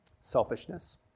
selfishness